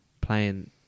playing